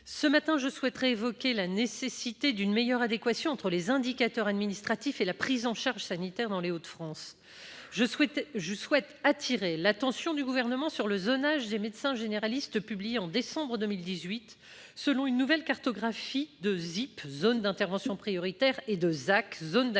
d'État, j'évoquerai ce matin la nécessité d'une meilleure adéquation entre les indicateurs administratifs et la prise en charge sanitaire dans les Hauts-de-France. J'attire l'attention du Gouvernement sur le zonage des médecins généralistes publié en décembre 2018, selon une nouvelle cartographie des zones d'intervention prioritaire, les ZIP, et des zones d'action